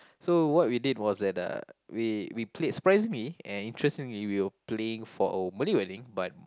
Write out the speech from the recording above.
so what we did was like the we we played surprisingly and interestingly we were playing for a Malay wedding but